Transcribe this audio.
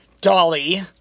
Dolly